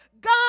God